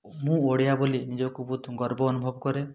ମୁଁ ଓଡ଼ିଆ ବୋଲି ନିଜକୁ ବହୁତ ଗର୍ବ ଅନୁଭବ କରେ